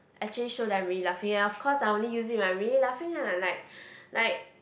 actually show them I'm really laughing ya of course I only use it when I really laughing lah like like